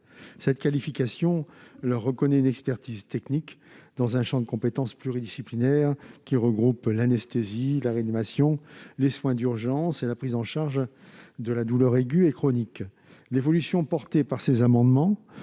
Cette qualification leur reconnaît une expertise technique dans un champ de compétences pluridisciplinaire qui regroupe l'anesthésie, la réanimation, les soins d'urgence et la prise en charge de la douleur aiguë et chronique. L'évolution défendue par les auteurs